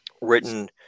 written